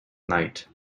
night